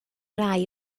rai